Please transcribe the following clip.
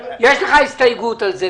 יש לך הסתייגות על זה.